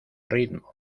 ritmo